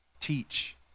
teach